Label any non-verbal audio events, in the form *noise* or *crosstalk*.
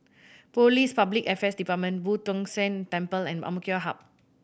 Police Public Affairs Department Boo Tong San Temple and *unintelligible* Hub